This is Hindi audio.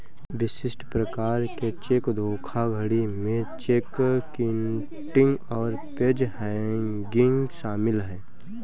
विशिष्ट प्रकार के चेक धोखाधड़ी में चेक किटिंग और पेज हैंगिंग शामिल हैं